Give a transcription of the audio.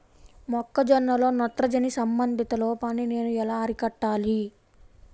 మొక్క జొన్నలో నత్రజని సంబంధిత లోపాన్ని నేను ఎలా అరికట్టాలి?